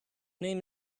name